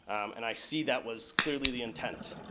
and i see that was clearly the intent.